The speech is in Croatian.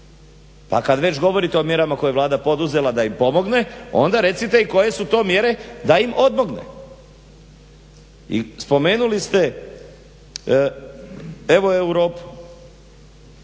Pa kad već govorite o mjerama koje je Vlada poduzela da im pomogne, onda recite i koje su to mjere da im odmogne. I spomenuli ste evo Europu,